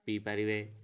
ପିଇପାରିବେ